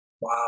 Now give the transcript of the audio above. Wow